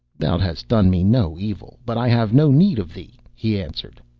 thou hast done me no evil, but i have no need of thee he answered.